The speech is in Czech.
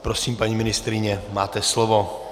Prosím, paní ministryně, máte slovo.